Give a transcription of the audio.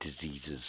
diseases